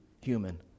human